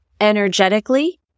energetically